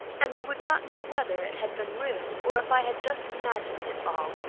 and i would not know whether it had been real or if i had just imagined it all.